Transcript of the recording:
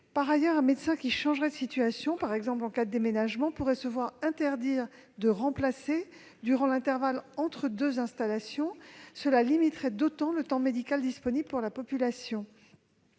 Par ailleurs, un médecin qui changerait de situation- en cas de déménagement, par exemple -pourrait se voir interdire de remplacer durant l'intervalle entre deux installations, ce qui limiterait d'autant le temps médical disponible pour la population.